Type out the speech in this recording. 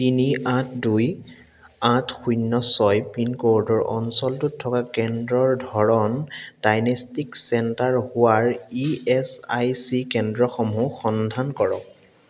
তিনি আঠ দুই আঠ শূণ্য ছয় পিনক'ৰ্ডৰ অঞ্চলটোত থকা কেন্দ্ৰৰ ধৰণ ডাইনেষ্টিক চেণ্টাৰ হোৱাৰ ই এচ আই চি কেন্দ্ৰসমূহ সন্ধান কৰক